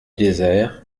désert